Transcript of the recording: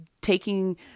taking